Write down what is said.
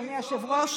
אדוני היושב-ראש,